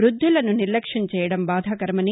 వృద్దులను నిర్లక్ష్యం చేయడం బాధాకరమని